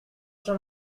from